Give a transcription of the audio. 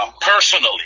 personally